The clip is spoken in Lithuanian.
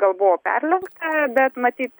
gal buvo perlenkta bet matyt